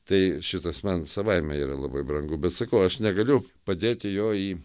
tai šitas man savaime yra labai brangu bet sakau aš negaliu padėti jo į